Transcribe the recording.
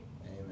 Amen